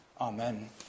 Amen